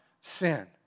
sin